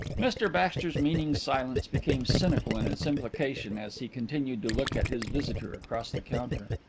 mr baxter's meaning silence became cynical in its implication as he continued to look at his visitor across the counter.